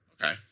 Okay